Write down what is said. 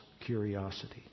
curiosity